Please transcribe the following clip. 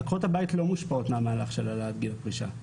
עקרות הבית לא מושפעות מהמהלך של העלאת גיל הפרישה.